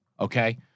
okay